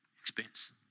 Expense